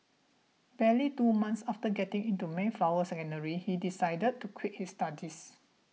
barely two months after getting into Mayflower Secondary he decided to quit his studies